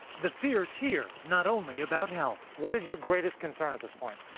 the fears here not only about health. what is your greatest concern at this point?